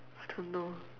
I don't know